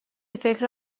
فکر